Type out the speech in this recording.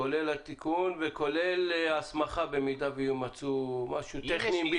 כולל התיקון וכולל הסמכה במידה ויימצא משהו טכני.